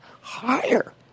higher